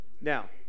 Now